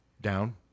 Down